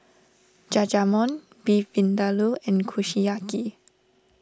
Jajangmyeon Beef Vindaloo and Kushiyaki